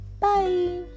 Bye